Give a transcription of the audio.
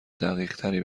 دقیقتری